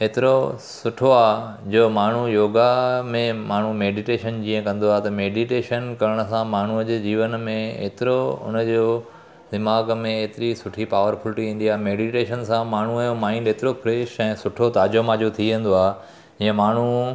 एतिरो सुठो आहे जो माण्हू योगा में माण्हू मैडिटेशन जीअं कंदो आहे त मैडिटेशन करण सां माण्हूअ जे जीवन में एतिरो उन जो दिमाग़ में हेतिरी सुठी पावरफुल्टी ईंदी आहे मैडिटेशन सां माण्हूअ जो माइंड एतिरो फ्रेश ऐं सुठो ताज़ो माजो थी वेंदो आ जीअं माण्हू